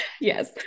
Yes